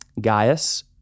Gaius